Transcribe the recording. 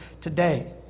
today